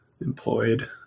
employed